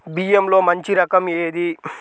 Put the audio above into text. బియ్యంలో మంచి రకం ఏది?